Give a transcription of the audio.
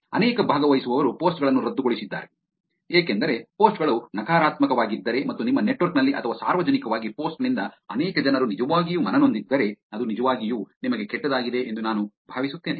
ಅನೇಕ ಭಾಗವಹಿಸುವವರು ಪೋಸ್ಟ್ ಗಳನ್ನು ರದ್ದುಗೊಳಿಸಿದ್ದಾರೆ ಏಕೆಂದರೆ ಪೋಸ್ಟ್ ಗಳು ನಕಾರಾತ್ಮಕವಾಗಿದ್ದರೆ ಮತ್ತು ನಿಮ್ಮ ನೆಟ್ವರ್ಕ್ ನಲ್ಲಿ ಅಥವಾ ಸಾರ್ವಜನಿಕವಾಗಿ ಪೋಸ್ಟ್ ನಿಂದ ಅನೇಕ ಜನರು ನಿಜವಾಗಿಯೂ ಮನನೊಂದಿದ್ದರೆ ಅದು ನಿಜವಾಗಿಯೂ ನಿಮಗೆ ಕೆಟ್ಟದ್ದಾಗಿದೆ ಎಂದು ನಾನು ಭಾವಿಸುತ್ತೇನೆ